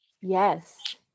yes